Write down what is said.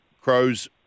Crows